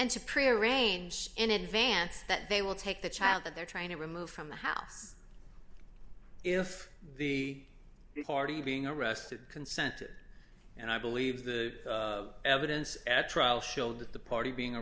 and to pre arrange in advance that they will take the child that they're trying to remove from the house if the party being arrested consented and i believe the evidence at trial showed that the party being